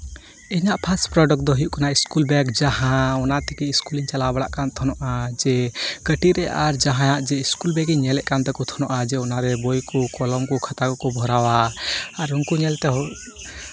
ᱤᱧᱟᱹᱜ first product ᱫᱚ ᱦᱩᱭᱩᱜ ᱠᱟᱱᱟ ᱤᱥᱠᱩᱞ ᱵᱮᱜᱽ ᱡᱟᱦᱟᱸ ᱚᱱᱟ ᱛᱮᱜᱮ ᱤᱥᱠᱩᱞ ᱤᱧ ᱪᱟᱞᱟᱣ ᱵᱟᱲᱟᱜ ᱠᱟᱱ ᱛᱟᱦᱮᱱᱚᱜᱼᱟ ᱡᱮ ᱠᱟᱹᱴᱤᱡ ᱨᱮ ᱡᱟᱦᱟᱸᱭᱟᱜ ᱡᱮ ᱤᱥᱠᱩᱞ ᱵᱮᱜᱽ ᱤᱧ ᱧᱮᱞᱮᱫ ᱠᱟᱱ ᱛᱟᱠᱚ ᱛᱟᱦᱮᱱᱟ ᱡᱮ ᱚᱱᱟᱨᱮ ᱵᱳᱭ ᱠᱚ ᱠᱚᱞᱚᱢ ᱠᱚ ᱠᱷᱟᱛᱟ ᱠᱚᱠᱚ ᱵᱷᱚᱨᱟᱣᱟ ᱟᱨ ᱩᱱᱠᱩ ᱧᱮᱞᱛᱮ